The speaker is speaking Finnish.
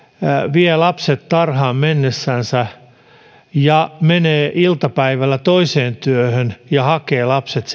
vie lapset tarhaan mennessänsä ja menee iltapäivällä toiseen työhön ja hakee lapset